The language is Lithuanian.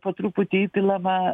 po truputį įpilama